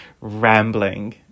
rambling